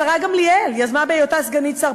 השרה גמליאל יזמה בהיותה סגנית שר